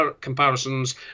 comparisons